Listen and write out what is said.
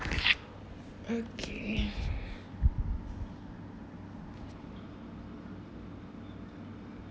okay